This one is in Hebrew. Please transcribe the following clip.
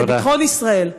זה ביטחון ישראל.